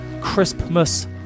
Christmas